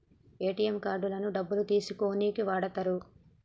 ATM కార్డులను డబ్బులు తీసుకోనీకి వాడతరు